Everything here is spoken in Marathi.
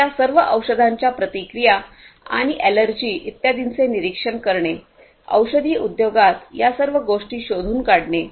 तर या सर्व औषधाच्या प्रतिक्रिया आणि एलर्जी इत्यादींचे निरीक्षण करणे औषधी उद्योगात या सर्व गोष्टी शोधून काढणे